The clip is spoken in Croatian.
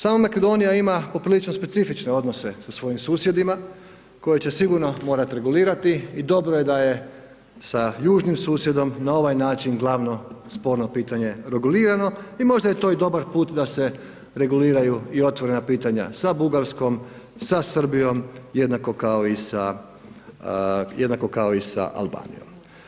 Sama Makedonija ima po prilično specifične odnose sa svojim susjedima koje će sigurno morati regulirati i dobro je da je sa južnim susjedom na ovaj način glavno sporno pitanje regulirano i možda je to i dobar put da se reguliraju i otvorena pitanja sa Bugarskom, sa Srbijom jednako kao i sa, jednako kao i sa Albanijom.